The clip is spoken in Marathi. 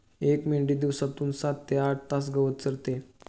एक मेंढी दिवसातून सात ते आठ तास गवत चरते